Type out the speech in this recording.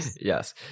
Yes